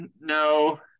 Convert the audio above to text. No